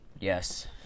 Yes